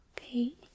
Okay